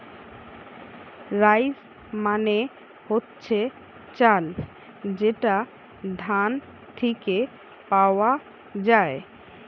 rice মানে হচ্ছে চাল যেটা ধান থিকে পাওয়া যায়